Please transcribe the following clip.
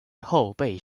后被